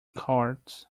courts